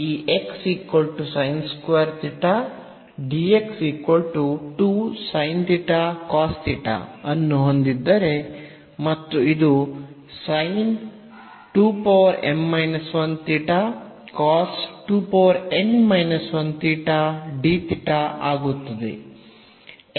ಆದ್ದರಿಂದ ಈ ಅನ್ನು ಹೊಂದಿದ್ದರೆ ಮತ್ತೆ ಇದು ಆಗುತ್ತದೆ